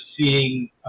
seeing